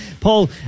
Paul